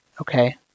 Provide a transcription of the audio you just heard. Okay